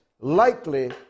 likely